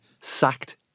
sacked